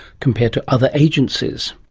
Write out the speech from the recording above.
compared to other agencies.